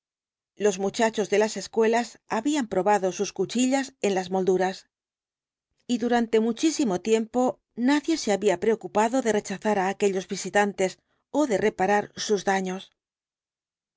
los muchachos de las escuelas habían probado sus cuchillas en las molduras y durante muchísimo tiempo nadie se había preocupado el dr jekyll de rechazar á aquellos visitantes ó de reparar sus daños